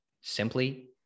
simply